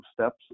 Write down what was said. steps